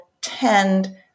tend